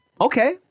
okay